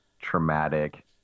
traumatic